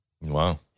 Wow